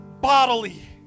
bodily